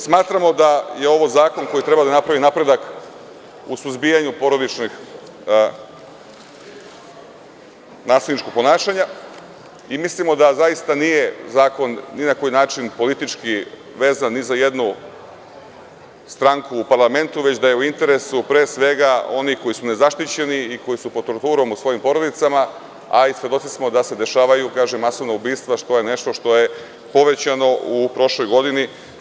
Smatramo da je ovo zakon koji treba da napravi napredak u suzbijanju porodičnog nasilničkog ponašanja i mislimo da zakon nije politički vezan ni za jednu stranku u parlamentu, već da je u interesu pre svega onih koji su nezaštićeni i koji su pod torturom u svojim porodicama, a i svedoci smo da se dešavaju masovna ubistva, što je nešto što je povećano u prošloj godini.